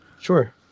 Sure